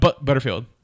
Butterfield